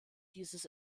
dieses